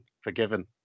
forgiven